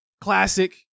classic